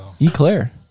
Eclair